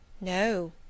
No